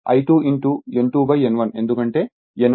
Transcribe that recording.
కాబట్టి I2 ఇది